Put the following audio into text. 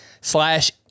slash